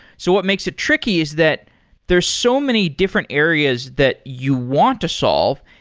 so what makes it tricky is that there's so many different areas that you want to solve,